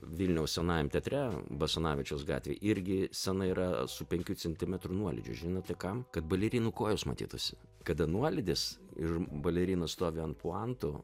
vilniaus senajam teatre basanavičiaus gatvėj irgi scena yra su penkių centimetrų nuolydžiu žinote kam kad balerinų kojos matytųsi kada nuolydis ir balerinos stovi ant puantų